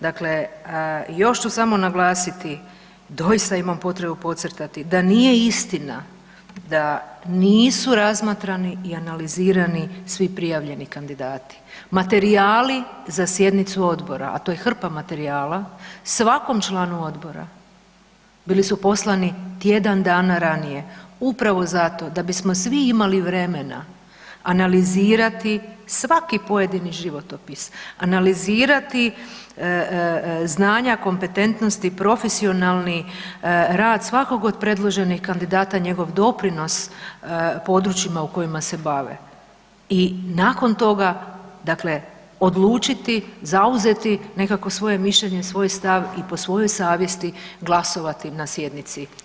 Dakle, još ću samo naglasiti, doista imam potrebu podcrtati da nije istina da nisu razmatrani i analizirani svi prijavljeni kandidati, materijali za sjednicu odbora, a to je hrpa materijala, svakom članu odbora bili su poslani tjedan dana ranije upravo zato da bismo svi imali vremena analizirati svaki pojedini životopis, analizirati znanja, kompetentnosti i profesionalni rad svakog od predloženih kandidata i njegov doprinos područjima u kojima se bave i nakon toga, dakle odlučiti i zauzeti nekakvo svoje mišljenje i svoj stav i po svojoj savjesti glasovati na sjednici tajno.